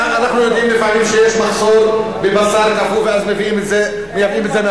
אנחנו יודעים שלפעמים יש מחסור בבשר קפוא ואז מייבאים את זה מארגנטינה.